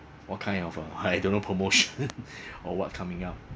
what kind of uh I don't know promotion or what coming up